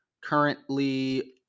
currently